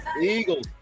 Eagles